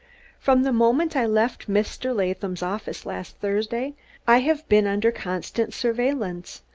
from the moment i left mr. latham's office last thursday i have been under constant surveillance.